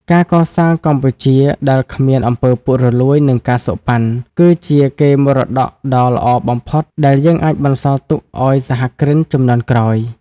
ការកសាងកម្ពុជាដែលគ្មាន អំពើពុករលួយ និង ការសូកប៉ាន់ គឺជាកេរមរតកដ៏ល្អបំផុតដែលយើងអាចបន្សល់ទុកឱ្យសហគ្រិនជំនាន់ក្រោយ។